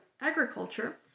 Agriculture